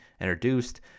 introduced